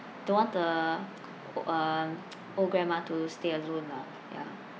don't want the oo um old grandma to stay alone lah ya